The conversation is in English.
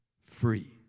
free